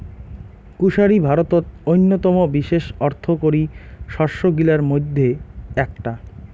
কুশারি ভারতত অইন্যতম বিশেষ অর্থকরী শস্য গিলার মইধ্যে এ্যাকটা